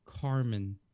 Carmen